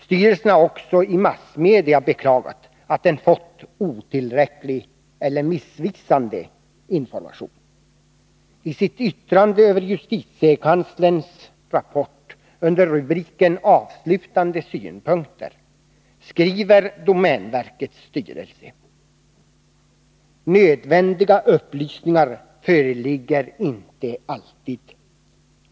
Styrelsen har också i massmedia beklagat att den fått otillräcklig eller missvisande information. I sitt yttrande över justitiekanslerns rapport, under rubriken Avslutande synpunkter, skriver domänverkets styrelse: ”Nödvändiga upplysningar föreligger inte alltid.